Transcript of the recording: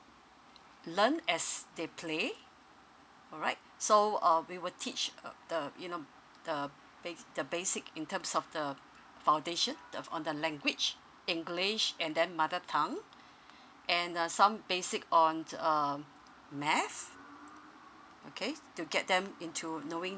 learn as they play alright so uh we will teach uh the you know the ba~ the basic in terms of the foundation the on the language english and then mother tongue and uh some basic on err math okay to get them into knowing